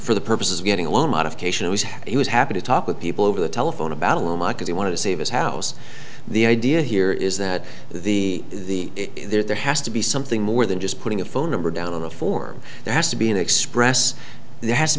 for the purposes of getting a loan modification he was happy to talk with people over the telephone about oh my god he wanted to save his house the idea here is that the there has to be something more than just putting a phone number down on a form there has to be an express there has to